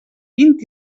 vint